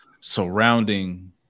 surrounding